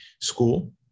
school